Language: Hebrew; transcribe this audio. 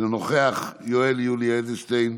אינו נוכח, יואל יולי אדלשטיין,